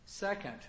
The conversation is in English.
Second